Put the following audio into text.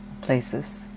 places